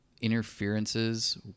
interferences